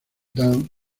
dame